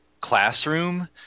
classroom